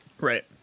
right